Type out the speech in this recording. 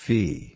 Fee